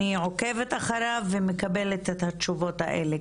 אני עוקבת אחריו ואני מקבלת את התשובות האלה.